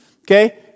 okay